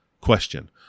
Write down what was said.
Question